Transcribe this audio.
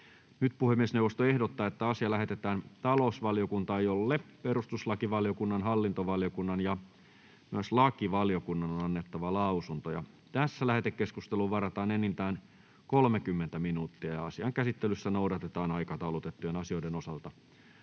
Puhemiesneuvosto ehdottaa, että asia lähetetään talousvaliokuntaan, jolle perustuslakivaliokunnan, hallintovaliokunnan ja lakivaliokunnan on annettava lausunto. Lähetekeskusteluun varataan enintään 30 minuuttia. Asian käsittelyssä noudatetaan aikataulutettujen asioiden osalta